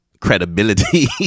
credibility